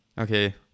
Okay